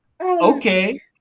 Okay